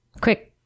quick